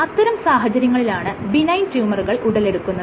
അത്തരം സാഹചര്യങ്ങളിലാണ് ബിനൈൻ ട്യൂമറുകൾ ഉടലെടുക്കുന്നത്